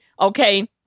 Okay